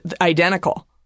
identical